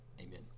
Amen